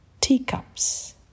Teacups